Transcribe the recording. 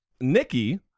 Nikki